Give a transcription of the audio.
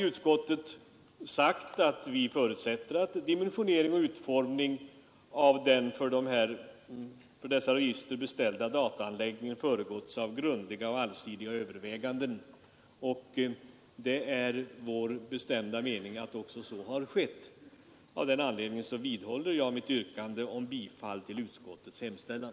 Utskottet förutsätter att dimensionering och utformning av den för dessa register beställda dataanläggningen föregåtts av grundliga och allsidiga överväganden, och det är vår mening att så också har skett. Av den anledningen vidhåller jag mitt yrkande om bifall till utskottets hemställan.